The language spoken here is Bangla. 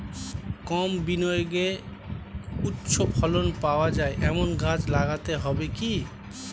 কম বিনিয়োগে উচ্চ ফলন পাওয়া যায় এমন গাছ লাগাতে হবে কি?